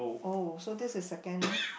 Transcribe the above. oh so this is second mah